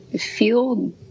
feel